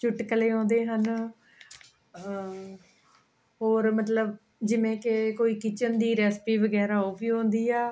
ਚੁਟਕਲੇ ਆਉਂਦੇ ਹਨ ਹੋਰ ਮਤਲਬ ਜਿਵੇਂ ਕਿ ਕੋਈ ਕਿਚਨ ਦੀ ਰੈਸਪੀ ਵਗੈਰਾ ਉਹ ਵੀ ਆਉਂਦੀ ਆ